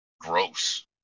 gross